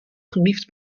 geliefd